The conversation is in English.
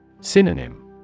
Synonym